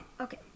Okay